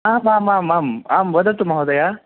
आम् आम् आम् आम् आम् वदतु महोदय